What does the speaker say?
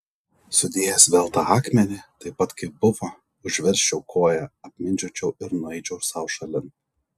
sudėjęs vėl tą akmenį taip pat kaip buvo užversčiau koja apmindžiočiau ir nueičiau sau šalin